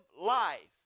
life